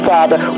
Father